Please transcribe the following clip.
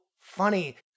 funny